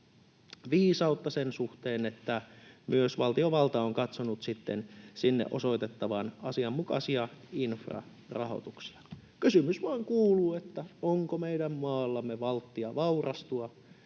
viisautta sen suhteen, että myös valtiovalta on katsonut sinne osoitettavan asianmukaisia infrarahoituksia. Kysymys vain kuuluu, onko meidän maallamme valttia vaurastua.